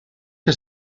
que